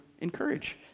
encourage